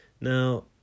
now